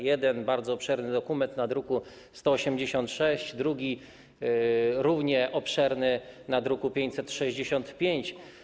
Jeden bardzo obszerny dokument to druk nr 186, drugi - równie obszerny - to druk nr 565.